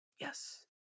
yes